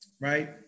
right